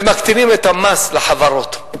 ומקטינים את המס לחברות.